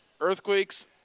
Earthquakes